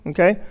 Okay